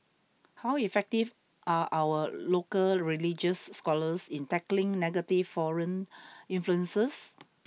how effective are our local religious scholars in tackling negative foreign influences